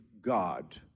God